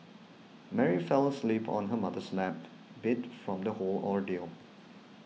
Mary fell asleep on her mother's lap beat from the whole ordeal